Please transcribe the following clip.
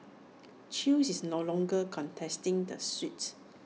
chew is no longer contesting the suit